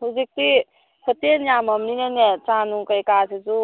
ꯍꯧꯖꯤꯛꯇꯤ ꯍꯣꯇꯦꯜ ꯌꯥꯝꯂꯕꯅꯤꯅꯅꯦ ꯆꯥꯅꯨꯡ ꯀꯔꯤ ꯀꯔꯥꯁꯤꯁꯨ